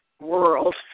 world